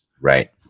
Right